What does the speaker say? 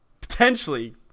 potentially